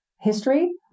history